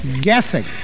guessing